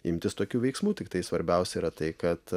imtis tokių veiksmų tiktai svarbiausia yra tai kad